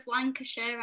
Lancashire